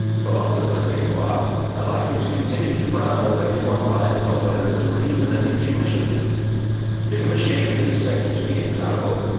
philosophers, meanwhile, are likely to continue to frown over his one-liners on the limits of reason and intuition if a machine is expected to be infallible,